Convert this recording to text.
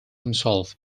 himself